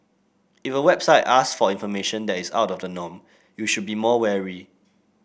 if a website ask for information that is out of the norm you should be more wary